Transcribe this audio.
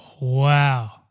Wow